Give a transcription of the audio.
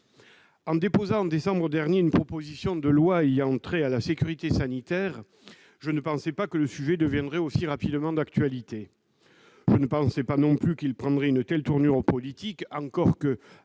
En déposant, en décembre dernier, une proposition de loi relative à la sécurité sanitaire, je ne pensais pas que le sujet deviendrait aussi rapidement d'actualité. Je ne pensais pas non plus qu'il prendrait une telle tournure politique, encore que,